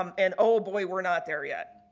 um and, oh boy, we're not there yet.